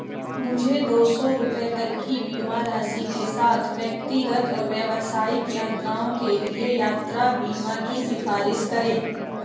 मुझे दो सौ रुपये तक की बीमा राशि के साथ व्यक्तिगत और व्यावसायिक यात्राओं के लिए यात्रा बीमा की सिफ़ारिश करें